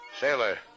Sailor